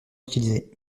utilisé